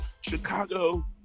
Chicago